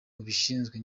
bubishinzwe